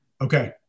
Okay